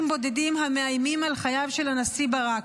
בודדים המאיימים על חייו של הנשיא ברק,